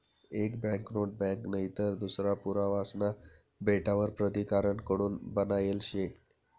एक banknote bank नईतर दूसरा पुरावासना भेटावर प्राधिकारण कडून बनायेल शे